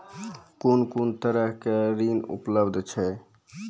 कून कून तरहक ऋण उपलब्ध छै?